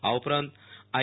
આ ઉપરાંત આઇ